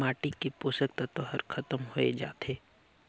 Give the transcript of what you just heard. माटी के पोसक तत्व हर खतम होए जाथे